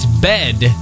bed